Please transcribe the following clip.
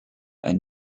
and